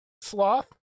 sloth